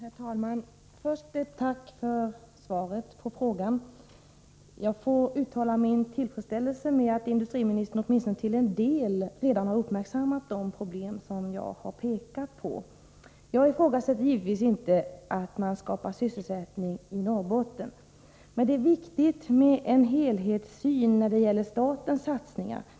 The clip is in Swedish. Herr talman! Först ett tack för svaret på frågan. Jag får uttala min tillfredsställelse med att industriministern åtminstone till en del redan har uppmärksammat de problem jag har pekat på. Jag ifrågasätter givetvis inte syftet att skapa sysselsättning i Norrbotten. Men det är viktigt med en helhetssyn på statens satsningar.